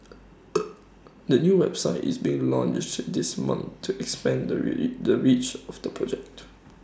the new website is being launched this month to expand the really the reach of the project